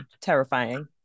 terrifying